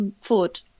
food